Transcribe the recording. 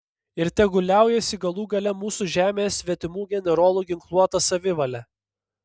ir tegul liaujasi galų gale mūsų žemėje svetimų generolų ginkluota savivalė